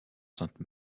sainte